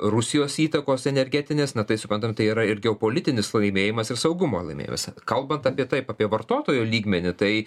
rusijos įtakos energetinės na tai suprantam tai yra ir geopolitinis laimėjimas ir saugumo laimėjimas kalbant apie taip apie vartotojo lygmenį tai